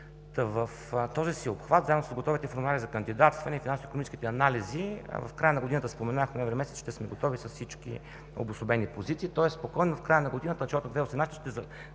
В този си обхват, заедно с готовите формуляри за кандидатстване и финансово-икономическите анализи в края на годината – ноември месец, ще сме готови с всички обособени позиции. Спокойно в края на годината и в началото на 2018 г. ще